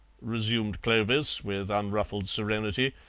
resumed clovis with unruffled serenity,